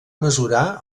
mesurar